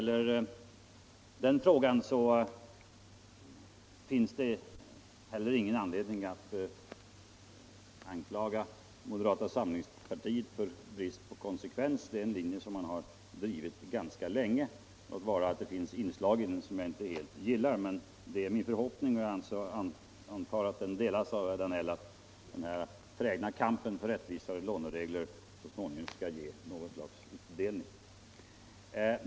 I den frågan finns det heller ingen anledning att anklaga moderata samlingspartiet för brist på konsekvens. Det är en linje som man där har drivit ganska länge, låt vara att det finns inslag i den som jag inte helt gillar. Det är dock min förhoppning — som jag hoppas delas av herr Danell — att den trägna kampen för mera rättvisa lånegränser så småningom skall ge utdelning.